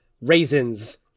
raisins